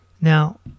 Now